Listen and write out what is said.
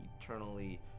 eternally